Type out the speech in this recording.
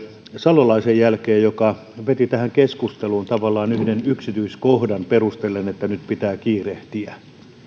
salolaisen jälkeen joka tavallaan veti tähän keskusteluun yhden yksityiskohdan perustellen että nyt pitää kiirehtiä se